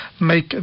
Make